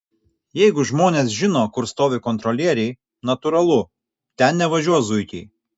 jeigu žmonės žino kur stovi kontrolieriai natūralu ten nevažiuos zuikiai